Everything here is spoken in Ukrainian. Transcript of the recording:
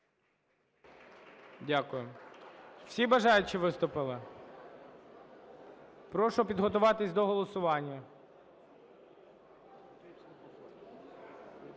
Дякую. Всі бажаючі виступили? Прошу підготуватися до голосування.